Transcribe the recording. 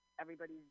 everybody's